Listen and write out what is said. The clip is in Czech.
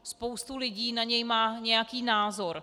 Spousta lidí na něj má nějaký názor.